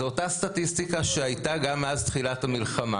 זה אותה סטטיסטיקה שהייתה גם מאז תחילת המלחמה.